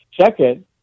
Second